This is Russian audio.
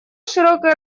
широкая